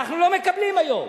אנחנו לא מקבלים היום.